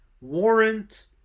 warrant